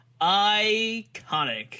iconic